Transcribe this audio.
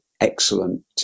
excellent